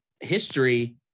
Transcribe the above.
history